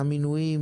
המינויים